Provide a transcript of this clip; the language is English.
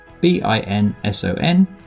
B-I-N-S-O-N